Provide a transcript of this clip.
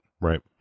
Right